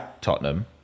Tottenham